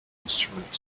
instrument